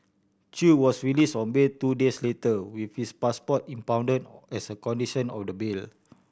Chew was released on bail two days later with his passport impounded as a condition of the bail